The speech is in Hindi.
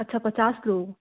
अच्छा पचास लोग